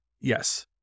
Yes